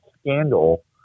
scandal